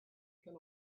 can